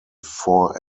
four